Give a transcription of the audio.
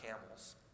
camels